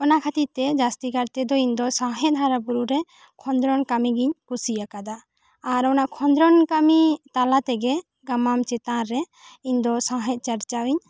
ᱚᱱᱟ ᱠᱷᱟᱹᱛᱤᱨ ᱛᱮ ᱡᱟᱹᱥᱛᱤᱠᱟᱨ ᱛᱮ ᱫᱚ ᱤᱧ ᱫᱚ ᱥᱟᱶᱦᱮᱫ ᱦᱟᱨᱟ ᱵᱩᱨᱩ ᱨᱮ ᱠᱷᱚᱸᱫᱽᱨᱚᱱ ᱠᱟᱹᱢᱤ ᱜᱮᱧ ᱠᱩᱥᱤ ᱟᱠᱟᱣᱫᱟ ᱟᱨ ᱚᱱᱟ ᱠᱷᱚᱸᱫᱽᱨᱚᱱ ᱠᱟᱹᱢᱤ ᱛᱟᱞᱟ ᱛᱮᱜᱮ ᱜᱟᱢᱟᱢ ᱪᱮᱛᱟᱱ ᱨᱮ ᱤᱧ ᱫᱚ ᱥᱟᱶᱦᱮᱫ ᱪᱟᱨᱪᱟᱣ